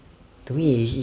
to me it's